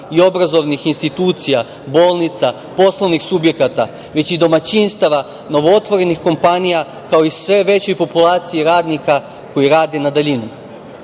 i obrazovnih institucija, bolnica, poslovnih subjekata, već i domaćinstava, novootvorenih kompanija, kao i sve veće populacije radnika koji rade na daljinu. Moram